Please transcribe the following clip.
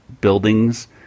buildings